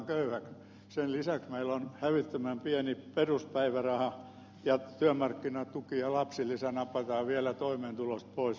sen lisäksi meillä on hävyttömän pieni peruspäiväraha ja työmarkkinatuki ja lapsilisä napataan vielä toimeentulosta pois